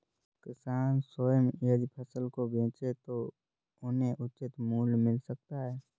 किसान स्वयं यदि फसलों को बेचे तो उन्हें उचित मूल्य मिल सकता है